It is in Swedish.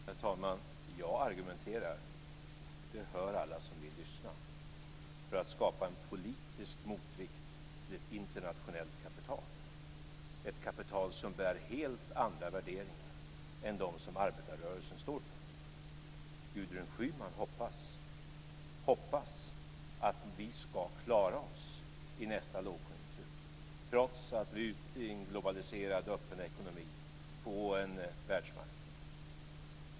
Herr talman! Jag argumenterar - det hör alla som vill lyssna - för att skapa en politisk motvikt till ett internationellt kapital. Det är ett kapital som bär helt andra värderingar än de som arbetarrörelsen står för. Gudrun Schyman hoppas att vi ska klara oss i nästa lågkonjunktur, trots att vi är ute i en globaliserad öppen ekonomi på en världsmarknad.